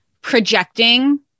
projecting